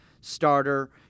starter